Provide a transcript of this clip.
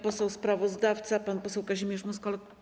Poseł sprawozdawca, pan poseł Kazimierz Moskal.